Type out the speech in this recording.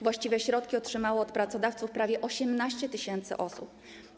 Właściwe środki otrzymało od pracodawców prawie 18 tys. osób.